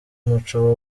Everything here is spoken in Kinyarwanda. umuco